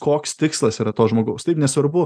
koks tikslas yra to žmogaus taip nesvarbu